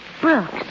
Brooks